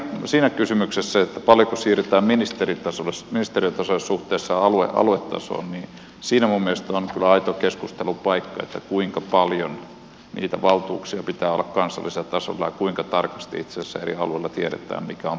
siinä kysymyksessä paljonko siirretään ministeriötasolle suhteessa aluetasoon minun mielestäni on kyllä aito keskustelun paikka kuinka paljon niitä valtuuksia pitää olla kansallisella tasolla ja kuinka tarkasti itse asiassa eri alueilla tiedetään mitkä ovat parhaat hankkeet